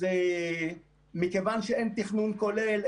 אז מכיוון שאין תכנון כולל,